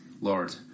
Lord